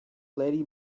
lady